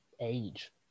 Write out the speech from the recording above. age